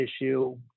issue